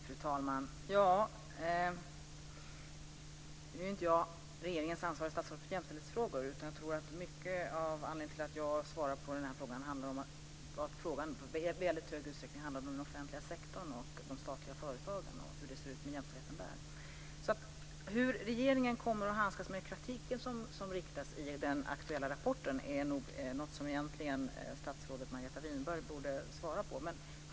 Fru talman! Nu är inte jag regeringens ansvariga statsråd för jämställdhetsfrågor, utan jag tror att mycket av anledningen till att jag svarar på den här frågan är att den i väldigt hög grad handlar om den offentliga sektorn och de statliga företagen och om hur det ser ut med jämställdheten där. Hur regeringen kommer att handskas med den kritik som riktas i den aktuella rapporten är nog något som egentligen statsrådet Margareta Winberg borde svara på.